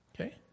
Okay